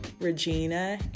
Regina